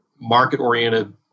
market-oriented